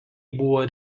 buvo